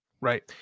right